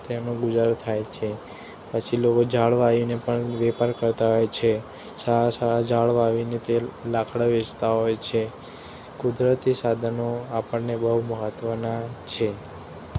તેનો ગુજારો થાય છે પછી લોકો ઝાડ વાવીને પણ વેપાર કરતા હોય છે સારા સારા ઝાડ વાવીને તે લાકડા વેચતા હોય છે કુદરતી સાધનો આપણને બહુ મહત્ત્વના છે